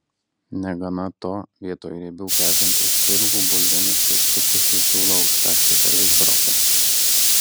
negana to vietoj riebių kepintų spirgų bulvinius keksiukus jis siūlo užkąsti žaliais brokoliais